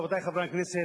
רבותי חברי הכנסת,